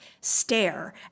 stare